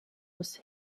was